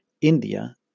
India